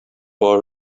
boy